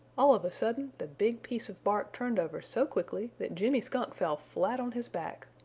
all of a sudden, the big piece of bark turned over so quickly that jimmy skunk fell flat on his back.